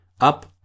Up